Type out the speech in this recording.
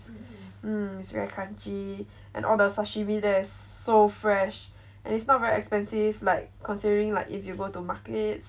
mm it's very crunchy and all the sashimi there is so fresh and it's not very expensive like considering like if you go to market